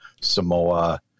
Samoa